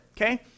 okay